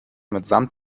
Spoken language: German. mitsamt